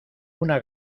una